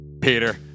Peter